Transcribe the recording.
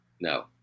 No